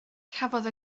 cafodd